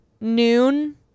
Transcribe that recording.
noon